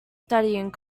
studying